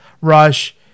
Rush